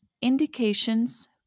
Indications